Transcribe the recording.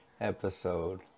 episode